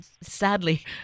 Sadly